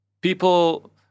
people